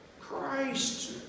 Christ